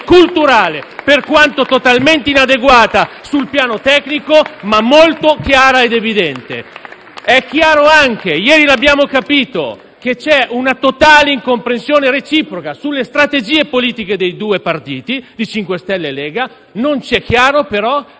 culturale, per quanto totalmente inadeguata sul piano tecnico, ma molto chiara ed evidente. È chiaro anche, e ieri l'abbiamo capito, che c'è una totale incomprensione reciproca sulle strategie politiche dei due partiti, MoVimento 5 Stelle e Lega. Non ci è chiaro, però,